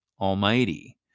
almighty